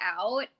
out